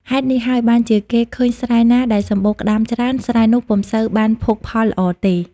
ហេតុនេះហើយ បានជាគេឃើញស្រែណាដែលសម្បូរក្ដាមច្រើន ស្រែនោះពុំសូវបានភោគផលល្អទេ ។